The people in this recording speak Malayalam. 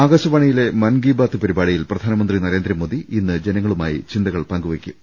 ആകാശവാണിയിലെ മൻ കി ബാത് പരിപാടിയിൽ പ്രധാനമന്ത്രി നരേന്ദ്രമോദി ഇന്ന് ജനങ്ങളുമായി ചിന്തകൾ പങ്കുവെയ്ക്കും